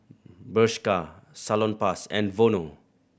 Bershka Salonpas and Vono